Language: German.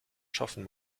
schaffen